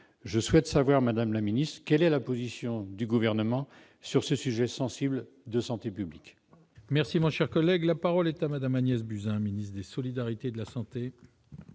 je souhaite savoir, madame la ministre, quelle est la position du Gouvernement sur ce sujet sensible de santé publique.